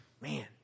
man